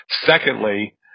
Secondly